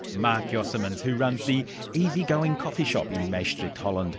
marc josemans who runs the easy-going coffee-shop in maastricht, holland.